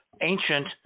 ancient